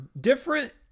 different